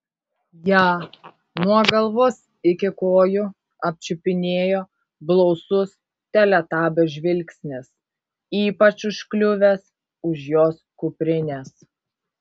ją nuo galvos iki kojų apčiupinėjo blausus teletabio žvilgsnis ypač užkliuvęs už jos kuprinės